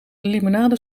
limonade